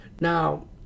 Now